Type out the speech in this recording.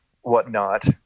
whatnot